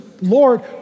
Lord